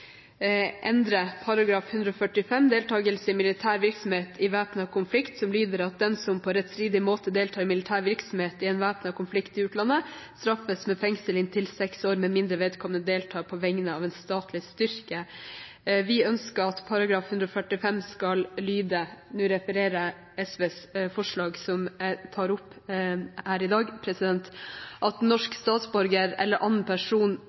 endre § 145 Deltakelse i militær virksomhet i væpnet konflikt, som lyder: «Den som på rettstridig måte deltar i militær virksomhet i en væpnet konflikt i utlandet, straffes med fengsel inntil 6 år, med mindre vedkommende deltar på vegne av en statlig styrke.» Vi ønsker at § 145 skal lyde – og nå refererer jeg SVs forslag, som jeg tar opp her i dag: «Norsk statsborger eller annen person